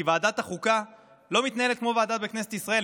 כי ועדת החוקה לא מתנהלת כמו ועדה בכנסת ישראל,